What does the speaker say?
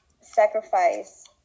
sacrifice